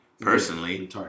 personally